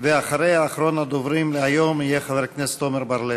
ואחריה אחרון הדוברים להיום יהיה חבר הכנסת עמר בר-לב.